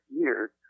years